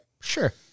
Sure